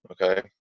Okay